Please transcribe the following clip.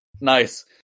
Nice